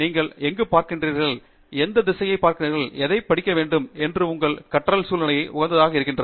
தங்கிராலா நீங்கள் எங்குப் பார்க்கிறீர்கள் எங்கே உங்கள் திசையைப் பார்க்கிறீர்கள் எதைப் படிக்க வேண்டும் உங்கள் கற்றல் இன்னும் சூழ்நிலைக்கு உகந்ததாக இருக்கிறது